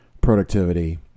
productivity